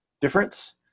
difference